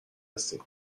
هستین